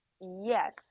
Yes